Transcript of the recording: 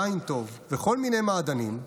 יין טוב וכל מיני מעדנים,